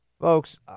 Folks